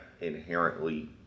inherently